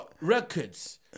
Records